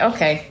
Okay